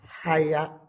higher